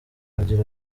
agira